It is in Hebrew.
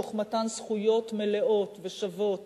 תוך מתן זכויות מלאות ושוות